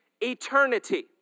eternity